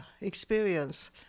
experience